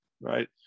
right